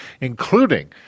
including